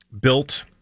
Built